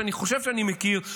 שאני חושב שאני מכיר,